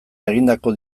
egindako